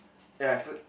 ya at first